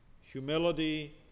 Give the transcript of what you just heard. humility